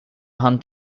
hand